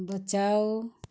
बचाओ